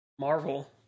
Marvel